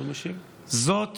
זאת